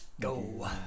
go